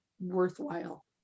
worthwhile